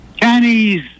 Chinese